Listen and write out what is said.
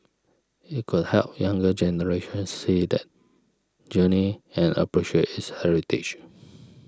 it could help younger generations see that journey and appreciate its heritage